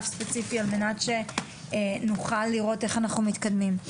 ספציפי על מנת שנוכל לראות איך אנחנו מתקדמים.